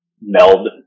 meld